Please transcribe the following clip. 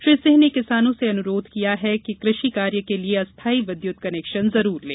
श्री सिंह ने किसानों से अनुरोध किया है कि कृषि कार्य के लिये अस्थाई विद्युत कनेक्शन जरूर लें